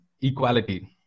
equality